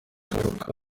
ingaruka